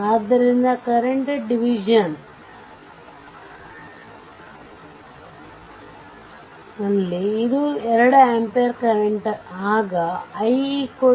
ಆದ್ದರಿಂದ current division ನಲ್ಲಿ ಇದು 2 ಆಂಪಿಯರ್ ಕರೆಂಟ್ ಆಗ i22820